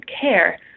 care